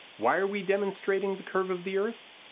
why are we demonstrating the curve of the earth?